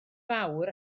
fawr